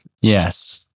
Yes